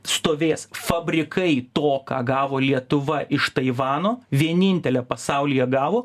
stovės fabrikai to ką gavo lietuva iš taivano vienintelė pasaulyje gavo